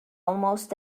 almost